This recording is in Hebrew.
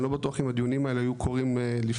שאני לא בטוח שאם הדיונים האלה היו קורים לפני